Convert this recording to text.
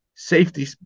Safety